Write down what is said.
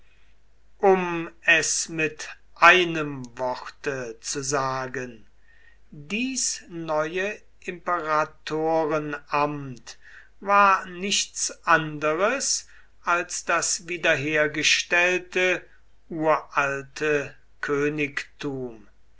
um es mit einem worte zu sagen dies neue imperatorenamt war nichts anderes als das wiederhergestellte uralte königtum